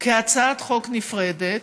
כהצעת חוק נפרדת: